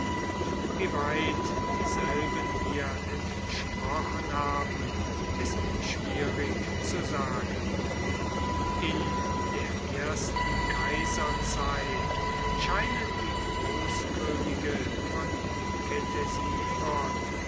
wie weit dieselben ihr entsprochen haben ist schwierig zu sagen in der ersten kaiserzeit scheinen die großkönige von